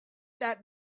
that